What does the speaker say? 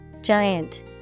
Giant